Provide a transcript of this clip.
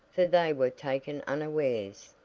for they were taken unawares.